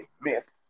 miss